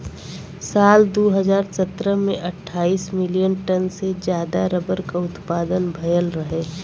साल दू हज़ार सत्रह में अट्ठाईस मिलियन टन से जादा रबर क उत्पदान भयल रहे